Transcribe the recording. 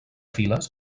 files